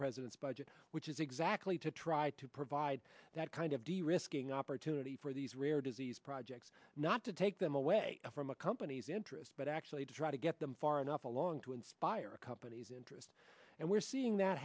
president's budget which is exactly to try to provide that kind of de risking opportunity for these rare disease projects not to take them away from a company's interest but actually to try to get them far enough along to inspire a company's interest and we're seeing that